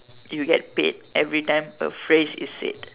you get paid every time a phrase is said